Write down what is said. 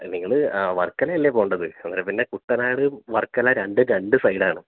നിങ്ങൾ ആ വർക്കല അല്ലേ പോകേണ്ടത് അന്നേരം പിന്നെ കുട്ടനാട് വർക്കല രണ്ടും രണ്ട് സൈഡാണ്